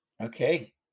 Okay